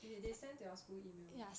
they they sent to your school email